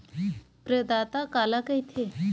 प्रदाता काला कइथे?